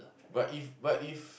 but if but if